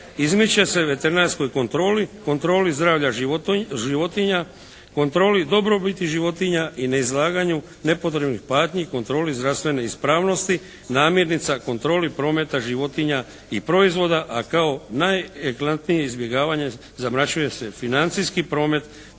izmiče se veterinarskoj kontroli, kontroli zdravlja životinja, kontroli dobrobiti životinja i izlaganju nepotrebnih patnji i kontroli zdravstvene ispravnosti namirnica. Kontroli prometa životinja i proizvoda a kao najeklantnije izbjegavanje zamračuje se financijski promet